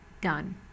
Done